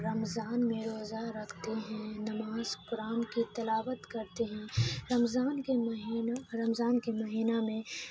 رمضان میں روزہ رکھتے ہیں نماز قرآن کی تلاوت کرتے ہیں رمضان کے مہینہ رمضان کے مہینہ میں